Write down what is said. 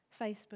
Facebook